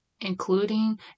including